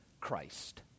Christ